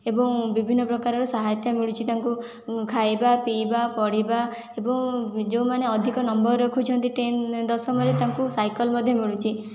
ଏବଂ ବିଭିନ୍ନ ପ୍ରକାର ସହାୟତା ମିଳୁଛି ତାଙ୍କୁ ଖାଇବା ପିଇବା ପଢ଼ିବା ଏବଂ ଯେଉଁମାନେ ଅଧିକ ନମ୍ବର ରଖୁଛନ୍ତି ଟେ ଦଶମରେ ତାଙ୍କୁ ସାଇକେଲ ମଧ୍ୟ ମିଳୁଛି